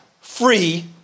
free